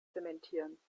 zementieren